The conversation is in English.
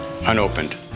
unopened